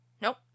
Nope